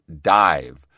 dive